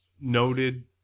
noted